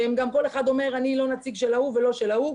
שכל אחד אומר אני לא נציג של ההוא ולא של ההוא,